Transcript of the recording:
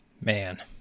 Man